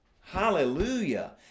Hallelujah